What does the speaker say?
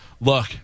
Look